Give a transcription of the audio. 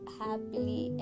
happily